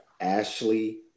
Ashley